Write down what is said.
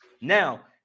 Now